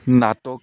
নাটক